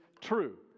true